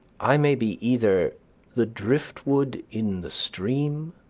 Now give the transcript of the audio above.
i may be either the driftwood in the stream,